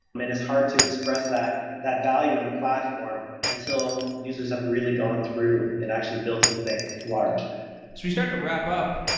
mean, it's hard to express that that value in a platform until users have really gone through and actually built something large as we start to wrap-up,